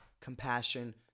compassion